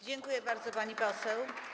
Dziękuję bardzo, pani poseł.